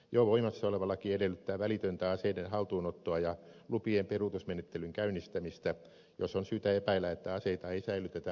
jo voimassa oleva laki edellyttää välitöntä aseiden haltuunottoa ja lupien peruutusmenettelyn käynnistämistä jos on syytä epäillä että aseita ei säilytetä asianmukaisella tavalla